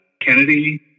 Kennedy